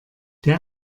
der